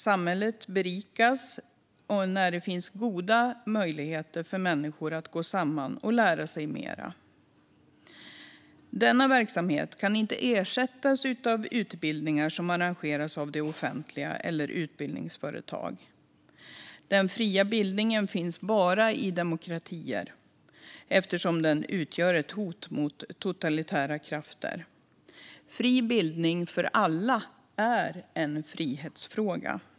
Samhället berikas när det finns goda möjligheter för människor att gå samman och lära sig mer. Denna verksamhet kan inte ersättas av utbildningar som arrangeras av det offentliga eller av utbildningsföretag. Den fria bildningen finns bara i demokratier eftersom den utgör ett hot mot totalitära krafter. Fri bildning för alla är en frihetsfråga.